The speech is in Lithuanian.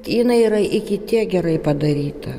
jinai yra iki tiek gerai padaryta